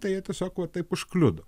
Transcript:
tai jie tiesiog va taip užkliudo